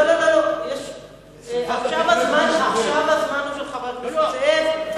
לא, עכשיו הזמן הוא של חבר הכנסת זאב.